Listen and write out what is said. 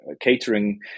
catering